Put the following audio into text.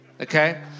Okay